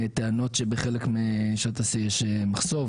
טענות על כך שבחלק משעות השיא יש מחסור.